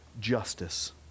justice